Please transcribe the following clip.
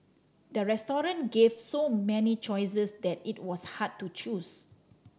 the gave so many choices that it was hard to choose